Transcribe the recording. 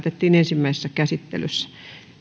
päätettiin ensimmäisessä käsittelyssä